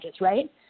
right